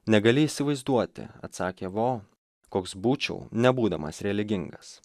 negali įsivaizduoti atsakė vo koks būčiau nebūdamas religingas